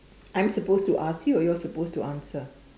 I'm supposed to ask you or you're supposed to answer